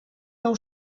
nou